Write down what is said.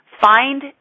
Find